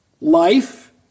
life